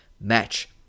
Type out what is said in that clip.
match